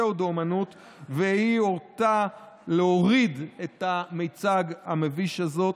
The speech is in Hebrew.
והיא הורתה להוריד את המיצג המביש הזה.